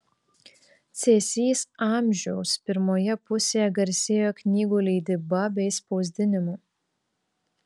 cėsys amžiaus pirmoje pusėje garsėjo knygų leidyba bei spausdinimu